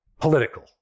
political